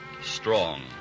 strong